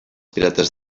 pirates